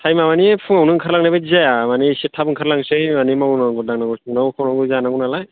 टाइमा मानि फुङावनो ओंखार लांनाय बायदि जाया मानि एसे थाब ओंखारलांसै मानि मावनांगौ दांनांगौ संनांंगौ खावनांगौ जानांगौ नालाय